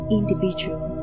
individual